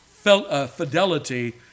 fidelity